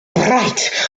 bright